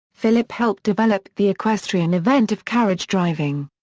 philip helped develop the equestrian event of carriage driving.